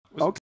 Okay